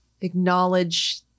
acknowledge